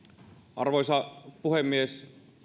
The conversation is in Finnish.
arvoisa puhemies